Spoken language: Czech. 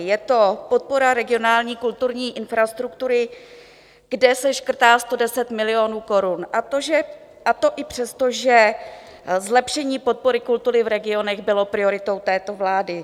Je to podpora regionální kulturní infrastruktury, kde se škrtá 110 milionů korun, a to i přesto, že zlepšení podpory kultury v regionech bylo prioritou této vlády.